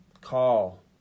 call